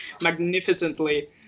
magnificently